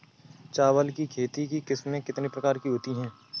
चावल की खेती की किस्में कितने प्रकार की होती हैं?